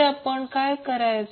तर आपण काय करायचे